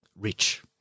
rich